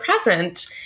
present